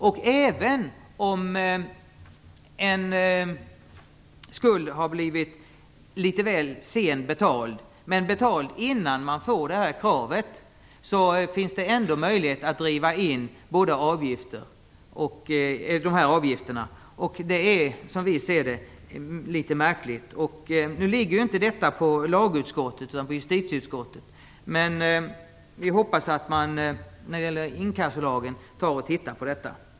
Om en skuld har blivit betald litet väl sent men innan kravet kommer, finns det ändå möjlighet att driva in avgifterna. Vi anser att det är litet märkligt. Den här frågan gäller dock inte lagutskottet utan justitieutskottet. Vi hoppas att man ser över inkassolagen i det här avseendet.